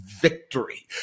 victory